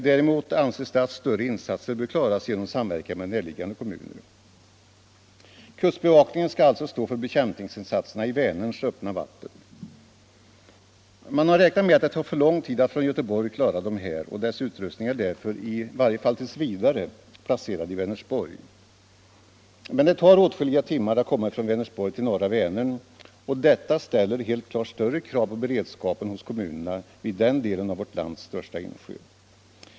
Det anses däremot att större insatser bör klaras genom samverkan med närliggande kommuner. Kustbevakningen skall alltså stå för bekämpningsinsatserna i Vänerns öppna vatten. Man har räknat med att det tar för lång tid att från Göteborg klara dessa, och dess utrustning är därför, i varje fall tills vidare, placerad i Vänersborg. Men det tar åtskilliga timmar att komma från Vänersborg till norra Vänern, och detta ställer helt klart större krav på beredskapen hos kommunerna vid den delen av vårt lands största insjö.